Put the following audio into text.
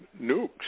nukes